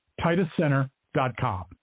TitusCenter.com